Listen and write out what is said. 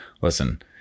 listen